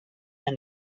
and